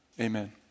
Amen